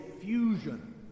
fusion